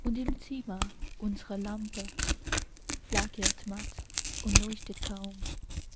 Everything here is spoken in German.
und im zimmer unsre lampe flackert matt und leuchtet kaum